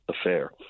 Affair